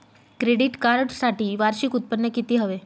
Credit कार्डसाठी वार्षिक उत्त्पन्न किती हवे?